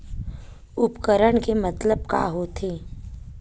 उपकरण के मतलब का होथे?